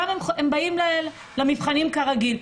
שם הם באים למבחנים כרגיל.